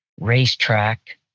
racetrack